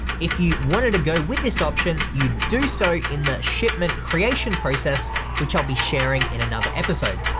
if you wanted to go with this option, you do so in the shipment creation process which i'll be sharing in another episode.